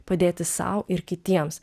padėti sau ir kitiems